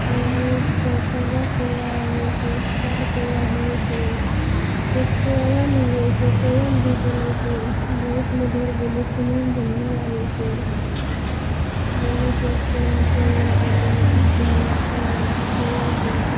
कऽ कागा कौआ होइ छै कार कौआ होइ छै एक कोदयल भी होइ छै कोयल भी बोलै छै बहुत मधुर बोली सुनैमे बढ़िऑं लागै छै बोलै छै उर मे कोयल बोली सुनैमे अच्छा लागै छै कोयल भी